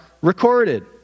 recorded